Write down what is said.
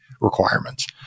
requirements